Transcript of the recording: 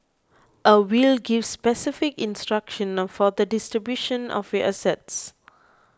a will gives specific instructions for the distribution of your assets